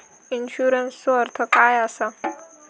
इन्शुरन्सचो अर्थ काय असा?